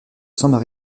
sans